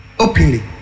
Openly